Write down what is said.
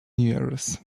years